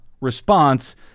response